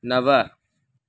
नव